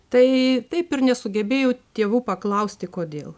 tai taip ir nesugebėjau tėvų paklausti kodėl